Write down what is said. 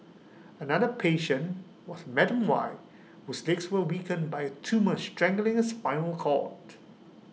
another patient was Madam Y whose legs were weakened by A tumour strangling spinal cord